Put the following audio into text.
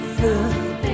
good